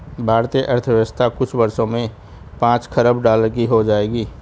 भारतीय अर्थव्यवस्था कुछ वर्षों में पांच खरब डॉलर की हो जाएगी